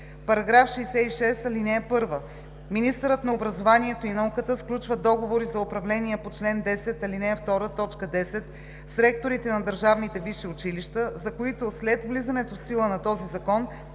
става § 66: „§ 66. (1) Министърът на образованието и науката сключва договори за управление по чл. 10, ал. 2, т. 10 с ректорите на държавните висши училища, за които след влизането в сила на този закон